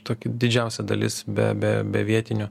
tokį didžiausia dalis be be be vietinių